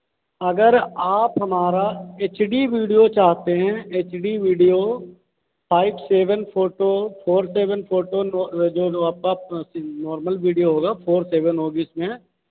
अगर आप हमारा एच डी वीडियो चाहते हैं H D video five seven photo four seven photo normal video होगा four seven O B S में